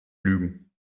lügen